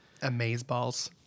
Amazeballs